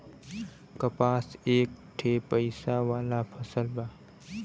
कपास एक ठे पइसा वाला फसल बा